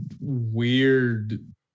weird